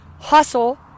hustle